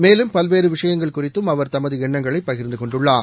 மேலும் பல்வேறு விஷயங்கள் குறித்தும் அவர் தமது எண்ணங்களை பகிர்ந்து கொண்டுள்ளார்